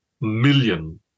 million